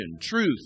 truth